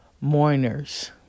mourners